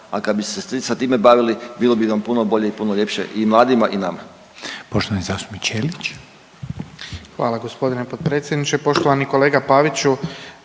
a kad bi se sa time bavili bilo bi vam puno bolje i puno ljepše i mladima i nama.